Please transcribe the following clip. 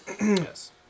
Yes